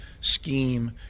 scheme